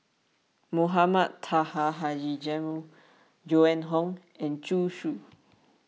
Mohamed Taha Haji Jamil Joan Hon and Zhu Xu